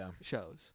shows